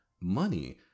money